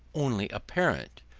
only apparent,